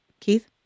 Keith